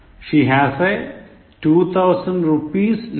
She has a two thousand rupees note